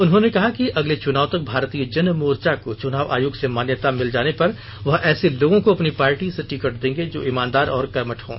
उन्होंने कहा कि अगले चुनाव तक भारतीय जनमोर्चा को चुनाव आयोग से मान्यता मिल जाने पर वह ऐसे लोगों को अपनी पार्टी से टिकट देंगे र्जा ईमानदार और कर्मठ हों